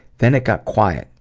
then it got quiet,